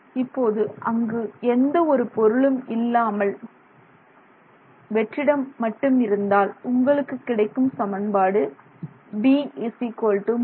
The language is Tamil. இப்போது அங்கு எந்த ஒரு பொருளும் இல்லாமல் வெற்றிடம் மட்டுமிருந்தால் உங்களுக்கு கிடைக்கும் சமன்பாடு Bμ0H